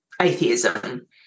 atheism